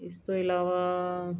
ਇਸ ਤੋਂ ਇਲਾਵਾ